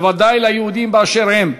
ובוודאי ליהודים באשר הם,